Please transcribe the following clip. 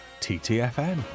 TTFN